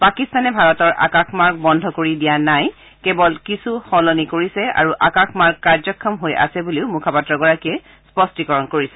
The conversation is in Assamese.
পাকিস্তানে ভাৰতৰ আকাশমাৰ্গ বন্ধ কৰি দিয়া নাই কেৱল কিছু সলনি কৰিছে আৰু আকাশমাৰ্গ কাৰ্যক্ষম হৈ আছে বুলিও মুখপাত্ৰগৰাকীয়ে স্পষ্টীকৰণ কৰিছে